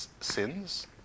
sins